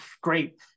great